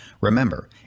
Remember